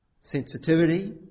sensitivity